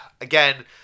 again